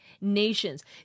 nations